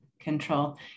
control